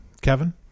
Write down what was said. Kevin